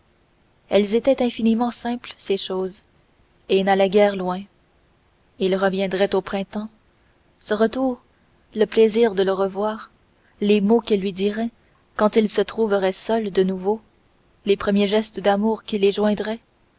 elles étaient infiniment simples ces choses et n'allaient guère loin il reviendrait au printemps ce retour le plaisir de le revoir les mots qu'il lui dirait quand ils se trouveraient seuls de nouveau les premiers gestes d'amour qui les joindraient